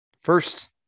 first